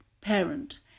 parent